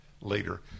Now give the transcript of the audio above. later